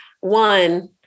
One